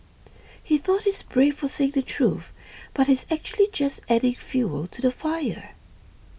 he thought he's brave for saying the truth but he's actually just adding fuel to the fire